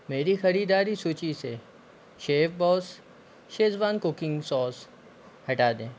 मेरी ख़रीदारी सूची से शेफ़बॉस शेज़वान कुकिंग सॉस हटा दें